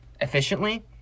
efficiently